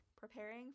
Preparing